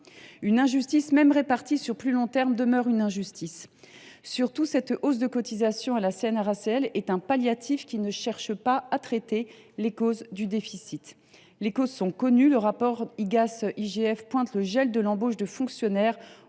Une injustice, même répartie sur un plus long terme, demeure une injustice. Surtout, cette hausse de cotisation à la CNRACL est un palliatif qui ne cherche pas à traiter les causes du déficit. Celles ci sont connues : le rapport de l’Igas et de l’IGF cible le gel de l’embauche de fonctionnaires